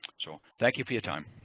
so thank you for your time.